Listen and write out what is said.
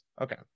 Okay